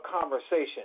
conversation